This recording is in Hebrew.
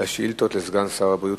לשאילתות לסגן שר הבריאות.